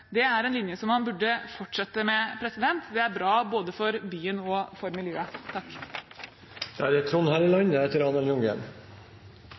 Det er en linje som man burde fortsette med. Det er bra både for byen og for miljøet.